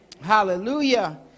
Hallelujah